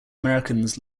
americans